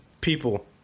people